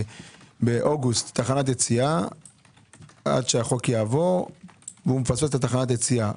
באוגוסט תחנת יציאה עד שהחוק יעבור והוא מפספס את תחנת היציאה,